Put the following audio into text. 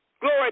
Glory